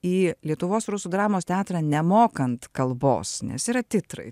į lietuvos rusų dramos teatrą nemokant kalbos nes yra titrai